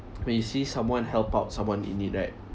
when you see someone help out someone in need right